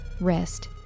rest